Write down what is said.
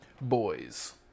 Boys